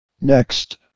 next